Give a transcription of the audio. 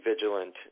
vigilant